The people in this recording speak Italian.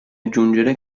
aggiungere